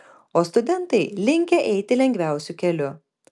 o studentai linkę eiti lengviausiu keliu